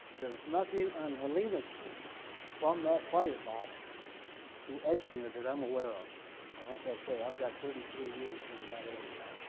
there's nothing on helena street from that fire box to edgemere that i'm aware of. and like i say i've got thirty three years in that area.